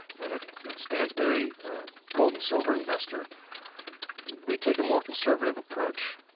and at stansberry gold and silver investor we take a more conservative approach.